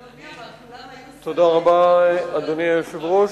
תודה רבה, אדוני היושב-ראש,